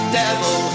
devil